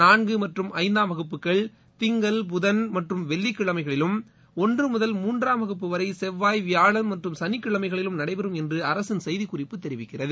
நான்கு மற்றும் ஐந்தாம் வகுப்புகள் திங்கள் புதன் மற்றம் வெள்ளிக்கிழமைகளிலும் ஒன்று முதல் மூன்றாம் வகுப்பு வரை செவ்வாய் விபாழன் மற்றும் சளிக்கிழமைகளில் நடைபெறும் என்று அரசின் செய்தி குறிப்பு தெரிவிக்கிறது